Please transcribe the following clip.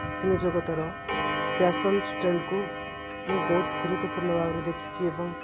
ସିନେ ଜଗତର ଫ୍ୟାସନ୍ ଟ୍ରେଣ୍ଡକୁ ମୁଁ ବହୁତ ଗୁରୁତ୍ୱପୂର୍ଣ୍ଣ ଭାବରେ ଦେଖିଛି ଏବଂ